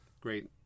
great